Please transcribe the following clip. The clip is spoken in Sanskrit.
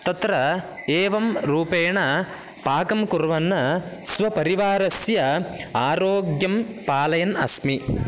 तत्र एवं रूपेण पाकं कुर्वन् स्वपरिवारस्य आरोग्यं पालयन् अस्मि